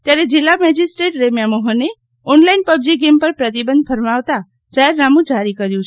ત્યારે જિલ્લા મેજિસ્ટ્રેડ રેમ્યા મોહને ઓનલાઈન પબજી ગેમ પર પ્રતિબંધ ફરમાવતા જાહેરનામુ જારી કર્યું છે